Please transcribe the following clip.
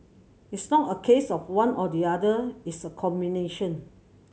it's not a case of one or the other it's a combination